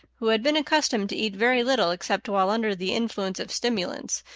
who had been accustomed to eat very little except while under the influence of stimulants,